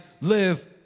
live